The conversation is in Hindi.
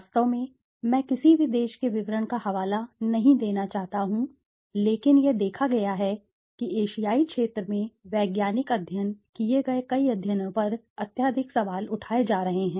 वास्तव में मैं किसी भी देश के विवरण का हवाला नहीं देना चाहता हूं लेकिन यह देखा गया है कि एशियाई क्षेत्र में वैज्ञानिक अध्ययन किए गए कई अध्ययनों पर अत्यधिक सवाल उठाए जा रहे हैं